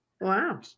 wow